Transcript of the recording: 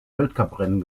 weltcuprennen